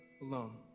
alone